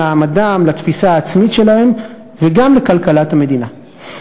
למעמדם, לתפיסה העצמית שלהם, וגם לכלכלת המדינה.